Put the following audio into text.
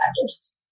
factors